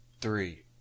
three